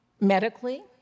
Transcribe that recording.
medically